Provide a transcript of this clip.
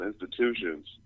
institutions